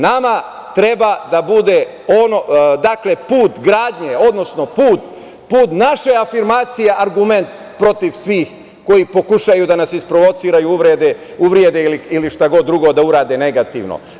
Nama treba da bude, dakle put gradnje, odnosno put naše afirmacije argument protiv svih koji pokušaju da nas isprovociraju, uvrede ili šta god drugo da urade negativno.